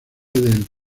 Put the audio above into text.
del